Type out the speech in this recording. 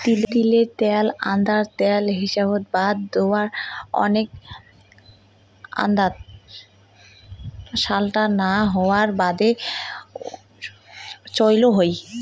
তিলের ত্যাল আন্দার ত্যাল হিসাবত বাদ দিয়াও, ওনেক আন্দাত স্যালটা না হবার বাদে চইল হই